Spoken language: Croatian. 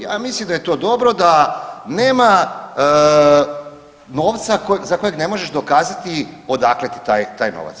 Ja mislim da je to dobro, da nema novca za koji ne možeš dokazati odakle ti taj novac.